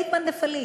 לית מאן דפליג,